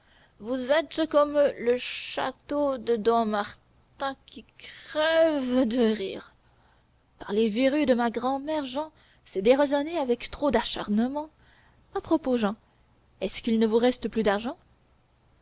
vous êtes comme le château de dampmartin qui crève de rire par les verrues de ma grand-mère jehan c'est déraisonner avec trop d'acharnement à propos jehan est-ce qu'il ne vous reste plus d'argent